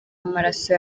amaraso